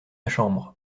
chambre